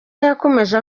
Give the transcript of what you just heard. yakomeje